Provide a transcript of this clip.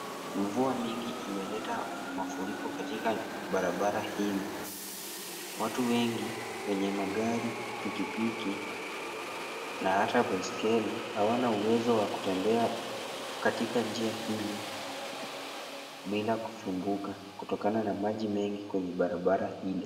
Mvua mingi imeleta mafuriko katika barabara hili. Watu wengi wenye magari, pikipiki na hata baiskeli, hawana uwezo wa kutembea katika njia hili bila kusumbuka kutokana na maji mengi kwenye barabara hilo.